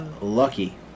Lucky